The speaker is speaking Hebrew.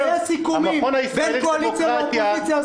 הסיכומים בין קואליציה ואופוזיציה?